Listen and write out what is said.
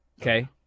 Okay